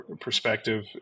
perspective